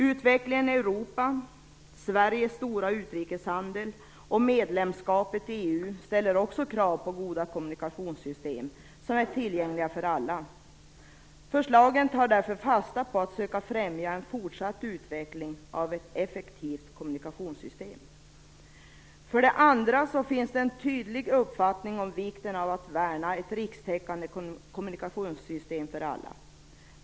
Utvecklingen i Europa, ställer också krav på goda kommunikationssystem som är tillgängliga för alla. Förslagen tar därför fasta på att söka främja en fortsatt utveckling av ett effektivt kommunikationssystem. För det andra finns det en tydlig uppfattning om vikten av att värna ett rikstäckande kommunikationssystem för alla.